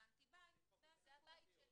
זה הבית שלי